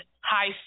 high